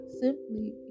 simply